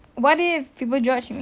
what if people judge me